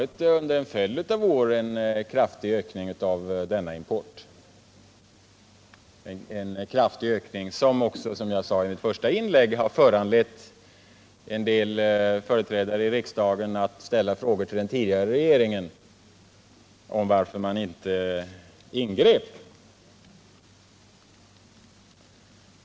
Det har under en följd av år varit en kraftig ökningavdenna = import, en ökning som — vilket jag framhöll i mitt första inlägg — för — Försörjningsberedanledde vissa företrädare i riksdagen att ställa frågor till den tidigare skapen på tekoomregeringen om varför den inte ingrep.